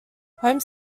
homes